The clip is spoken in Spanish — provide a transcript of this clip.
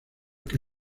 que